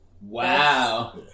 Wow